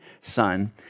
son